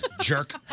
jerk